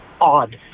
odd